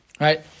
right